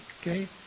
okay